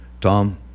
Tom